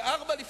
ב-04:00,